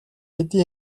хэдий